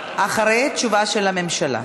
אחרי התשובה של הממשלה.